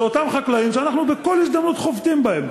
זה אותם חקלאים שאנחנו בכל הזדמנות חובטים בהם.